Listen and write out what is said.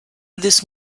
this